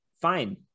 fine